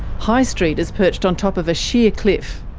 high street is perched on top of a sheer cliff.